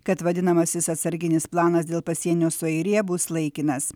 kad vadinamasis atsarginis planas dėl pasienio su airija bus laikinas